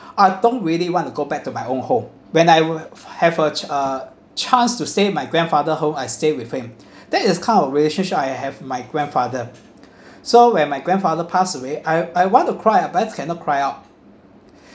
I don't really want to go back to my own home when I were have a uh chance to stay my grandfather home I stay with him that is kind of relationship I have my grandfather so when my grandfather pass away I I want to cry but I cannot cry out